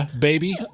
baby